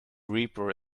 reaper